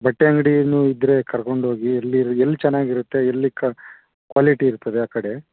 ಬಟ್ಟೆ ಅಂಗಡಿನು ಇದ್ದರೆ ಕರ್ಕೊಂಡು ಹೋಗಿ ಎಲ್ಲಿ ಚೆನ್ನಾಗಿರುತ್ತೆ ಎಲ್ಲಿ ಕ್ವಾಲಿಟಿ ಇರ್ತದೆ ಆ ಕಡೆ